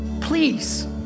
Please